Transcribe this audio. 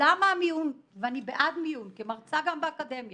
למה המיון ואני בעד מיון, כמרצה באוניברסיטה